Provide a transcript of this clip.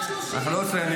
אם זה רק 30. אנחנו לא רוצים,